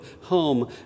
Home